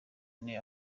ine